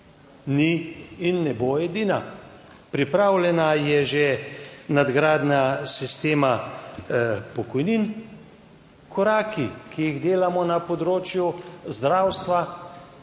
Ni in ne bo edina, pripravljena je že nadgradnja sistema pokojnin. Koraki, ki jih delamo na področju zdravstva